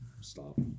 Stop